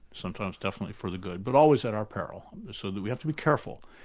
sometimes definitely for the good, but always at our peril. so that we have to be careful.